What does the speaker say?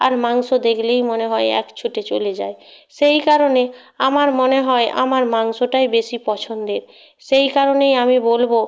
আর মাংস দেখলেই মনে হয় এক ছুটে চলে যাই সেই কারনে আমার মনে হয় আমার মাংসটাই বেশি পছন্দের সেই কারণেই আমি বলবো